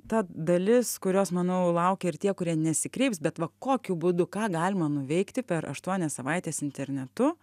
ta dalis kurios manau laukia ir tie kurie nesikreips bet va kokiu būdu ką galima nuveikti per aštuonias savaites internetu